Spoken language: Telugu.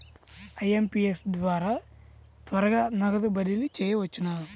ఐ.ఎం.పీ.ఎస్ ద్వారా త్వరగా నగదు బదిలీ చేయవచ్చునా?